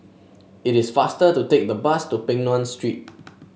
it is faster to take the bus to Peng Nguan Street